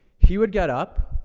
he would get up,